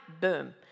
boom